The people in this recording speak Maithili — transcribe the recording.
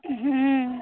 हूँ